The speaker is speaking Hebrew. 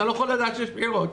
אתה לא יכול לדעת שיש בחירות.